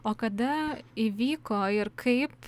o kada įvyko ir kaip